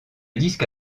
disque